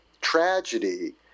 tragedy